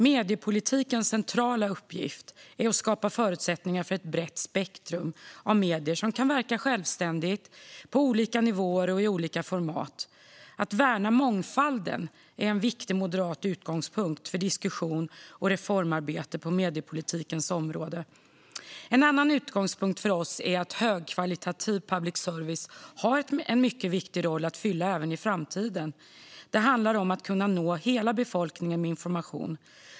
Mediepolitikens centrala uppgift är att skapa förutsättningar för ett brett spektrum av medier som kan verka självständigt på olika nivåer och i olika format. Att värna mångfalden är en viktig moderat utgångspunkt för diskussion och reformarbete på mediepolitikens område. En annan utgångspunkt för oss är att högkvalitativ public service har en mycket viktig roll att fylla även i framtiden. Det handlar om att kunna nå hela befolkningen med information.